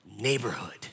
neighborhood